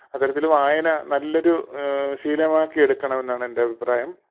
അത്തരത്തില് വായന നല്ലൊരു ശീലമാക്കിയെടുക്കണമെന്നാണ് എൻറെ അഭിപ്രായം